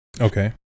Okay